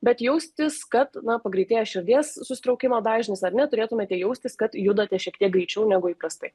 bet jaustis kad na pagreitėja širdies susitraukimo dažnis ar ne turėtumėte jaustis kad judate šiek tiek greičiau negu įprastai